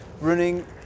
running